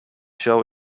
show